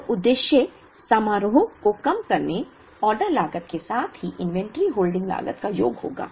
तो उद्देश्य समारोह को कम करने ऑर्डर लागत के साथ ही इन्वेंट्री होल्डिंग लागत का योग होगा